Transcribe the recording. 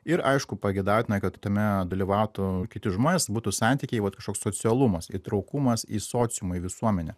ir aišku pageidautina kad tame dalyvautų kiti žmonės būtų santykiai vat kažkoks socialumas įtraukumas į sociumą į visuomenę